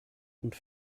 und